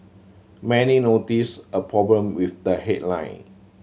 many noticed a problem with the headline